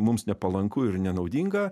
mums nepalanku ir nenaudinga